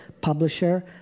publisher